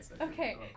Okay